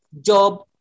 job